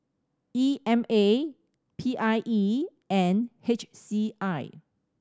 E M A P I E and H C I